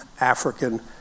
African